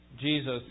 Jesus